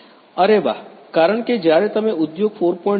અરે વાહ કારણ કે જ્યારે તમે ઉદ્યોગ 4